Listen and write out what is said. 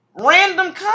random